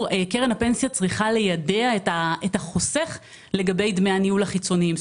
קרן הפנסיה צריכה ליידע את החוסך לגבי דמי הניהול החיצוניים,